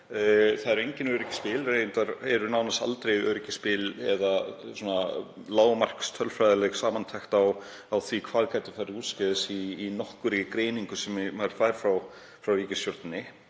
Það eru engin öryggisspil. Reyndar eru nánast aldrei öryggisspil eða lágmarks tölfræðileg samantekt á því hvað gæti farið úrskeiðis í nokkurri greiningu sem maður fær frá ríkisstjórninni,